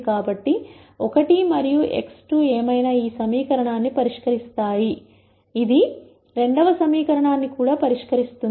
కాబట్టి 1 మరియు x2 ఏమైనా ఈ సమీకరణాన్ని పరిష్కరిస్తాయి ఇది రెండవ సమీకరణాన్ని కూడా పరిష్కరిస్తుంది